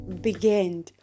began